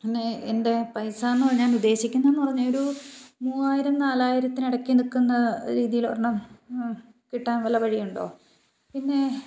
പിന്നെ എൻ്റെ പൈസയെന്നു ഞാൻ ഉദ്ദേശിക്കുന്നതെന്ന് പറഞ്ഞാൽ ഒരു മൂവായിരം നാലായിരത്തിനിടയ്ക്ക് നിൽക്കുന്ന രീതിയിൽ ഒരെണ്ണം കിട്ടാൻ വല്ല വഴിയുമുണ്ടോ പിന്നെ